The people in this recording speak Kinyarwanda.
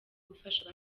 gufasha